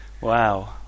Wow